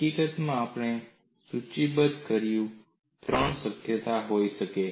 હકીકતમાં આપણે સૂચિબદ્ધ કર્યું ત્યાં ત્રણ શક્યતાઓ હોઈ શકે છે